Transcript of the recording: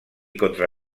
contra